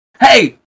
Hey